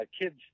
kids